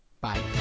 Bye